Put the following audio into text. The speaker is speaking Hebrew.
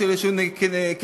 יש שיהיו כנגדו,